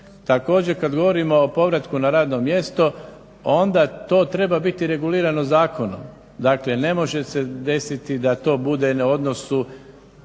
Također, kad govorimo o povratku na radno mjesto, onda to treba biti regulirano zakonom. Dakle, ne može se desiti da to bude na odnosu